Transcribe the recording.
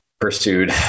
pursued